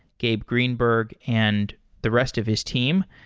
gabe greenberg, and the rest of his team.